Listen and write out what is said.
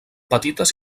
petites